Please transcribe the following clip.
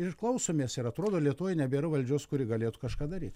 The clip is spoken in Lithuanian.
ir klausomės ir atrodo lietuvoj nebėra valdžios kuri galėtų kažką daryti